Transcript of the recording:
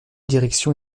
direction